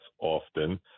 often